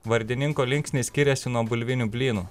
vardininko linksnį skiriasi nuo bulvinių blynų